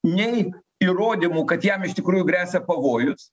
nei įrodymų kad jam iš tikrųjų gresia pavojus